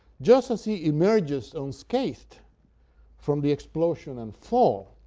just as he emerges unscathed from the explosion and fall,